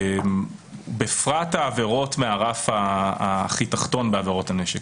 בפרט העבירות מהרף הכי תחתון בעבירות הנשק.